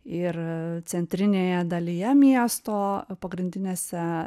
ir centrinėje dalyje miesto pagrindinėse